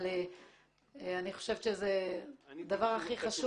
אבל אני חושבת שזה הדבר הכי חשוב.